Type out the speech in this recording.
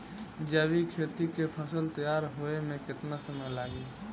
जैविक खेती के फसल तैयार होए मे केतना समय लागी?